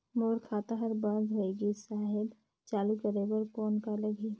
मोर खाता हर बंद होय गिस साहेब चालू करे बार कौन का लगही?